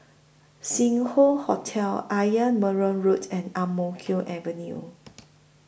Sing Hoe Hotel Ayer Merbau Road and Ang Mo Kio Avenue